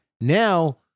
Now